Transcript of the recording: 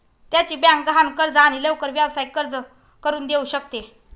त्याची बँक गहाण कर्ज आणि लवकर व्यावसायिक कर्ज करून देऊ शकते